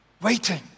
waiting